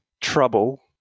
Trouble